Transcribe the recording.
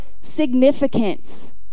significance